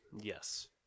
Yes